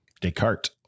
Descartes